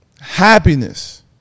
happiness